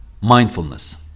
mindfulness